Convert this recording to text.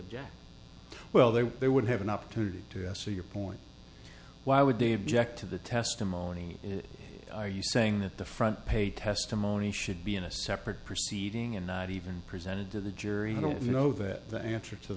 object well they would they would have an opportunity to se your point why would they object to the testimony are you saying that the front page testimony should be in a separate proceeding and not even presented to the jury i don't know that the answer to